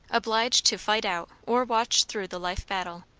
obliged to fight out or watch through the life-battle,